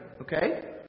Okay